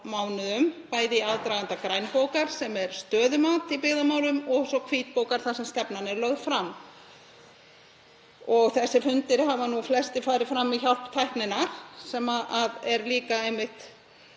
bæði í aðdraganda grænbókar, sem er stöðumat í byggðamálum, og svo hvítbókar, þar sem stefnan er lögð fram. Þessir fundir hafa nú flestir farið fram með hjálp tækninnar sem er einmitt